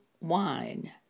wine